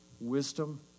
wisdom